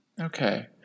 Okay